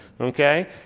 okay